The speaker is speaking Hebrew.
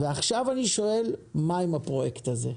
ועכשיו אני שואל: מה עם הפרויקט הזה?